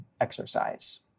exercise